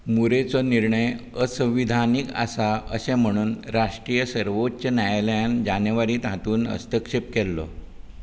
मुरेचो निर्णय असंविधानीक आसा अशें म्हणून राष्ट्रीय सर्वोच्च न्यायालयान जानेवारींत हातूंत हस्तक्षेप केलो